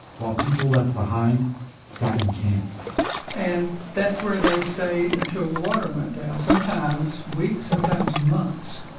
while people left behind sat in camps and that's where they stayed until the water went down, sometimes weeks, sometimes months.